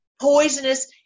poisonous